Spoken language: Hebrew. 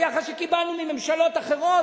היחס שקיבלנו מממשלות אחרות,